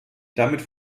damit